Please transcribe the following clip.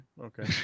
okay